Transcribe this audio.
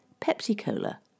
Pepsi-Cola